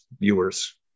viewers